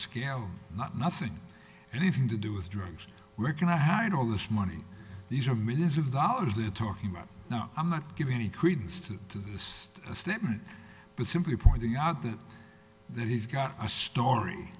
scam not nothing anything to do with drugs reckon i had all this money these are millions of dollars they're talking about now i'm not giving any credence to the stuff a statement but simply pointing out there that he's got a story